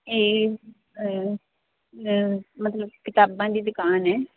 ਇਹ ਮਤਲਬ ਕਿਤਾਬਾਂ ਦੀ ਦੁਕਾਨ ਹੈ